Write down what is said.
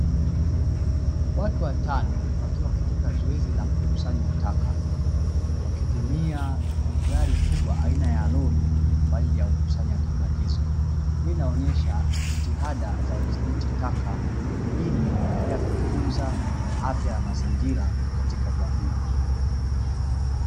Watu watano wakiwa katika zoezi la kukusanya taka, wakitumia gari kubwa aina ya roli kwa ajili ya kukusanya taka hizo. Hii inaonyesha jitihada za udhibiti taka ili kuendelea kutunza afya ya mazingira katika jamii.